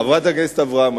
חברת הכנסת אברהם,